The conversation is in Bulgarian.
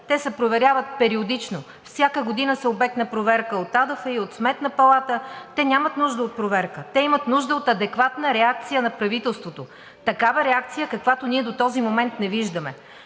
Те се проверяват периодично и всяка година са обект на проверка от АДФИ, от Сметната палата и нямат нужда от проверка. Те имат нужда от адекватна реакция на правителството, такава реакция, каквато ние до този момент не виждаме,